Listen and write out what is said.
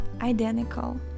identical